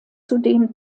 zudem